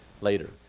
later